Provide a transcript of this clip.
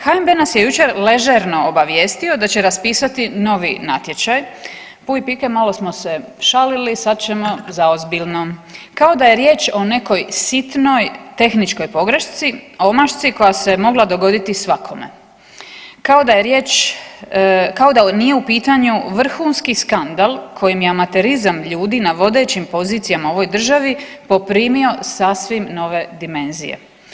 HNB nas je jučer ležerno obavijestio da će raspisati novi natječaj, puj pike malo smo se šalili sad ćemo za ozbiljno, kao da je riječ o nekoj sitnoj tehničkoj pogrešci, omašci koja se mogla dogoditi svakome, kao da je riječ, kao da nije u pitanju vrhunski skandal kojim je amaterizam ljudi na vodećim pozicijama u ovoj državi poprimio sasvim nove dimenzije.